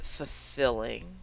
fulfilling